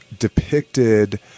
Depicted